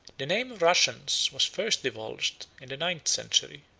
the name of russians was first divulged, in the ninth century,